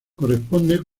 corresponde